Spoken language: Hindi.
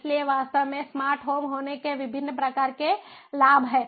इसलिए वास्तव में स्मार्ट होम होने के विभिन्न प्रकार के लाभ हैं